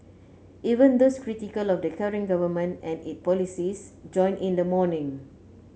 even those critical of the current government and its policies joined in the mourning